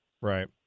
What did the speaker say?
right